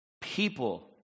people